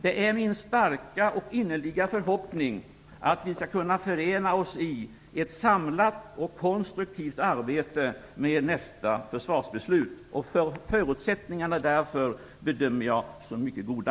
Det är min starka och innerliga förhoppning att vi skall kunna förena oss i ett samlat och konstruktivt arbete med nästa försvarsbeslut. Förutsättningarna därför bedömer jag som mycket goda.